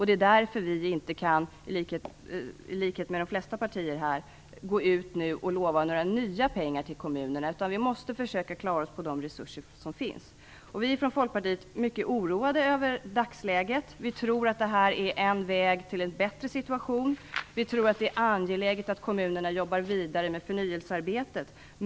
Det är där som vi, i likhet med de flesta partier, inte kan gå ut och lova nya pengar till kommunerna. Vi måste försöka klara oss på de resurser som finns. Vi i Folkpartiet är mycket oroade över dagsläget. Vi tror att det här är en väg till en bättre situation. Vi tror att det är angeläget att kommunerna jobbar vidare med förnyelsearbetet.